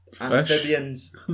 amphibians